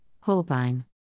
Holbein